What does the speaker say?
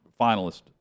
finalist